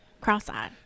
cross-eyed